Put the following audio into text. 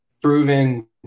proven